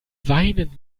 weinen